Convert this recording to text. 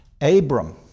Abram